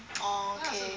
orh okay